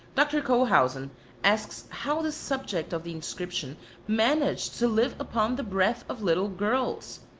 dr. cohausen asks how the subject of the inscription managed to live upon the breath of little girls.